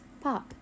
Pop